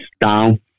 down